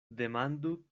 demandu